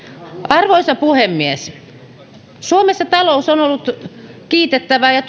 arvoisa puhemies suomessa talous on ollut kiitettävää ja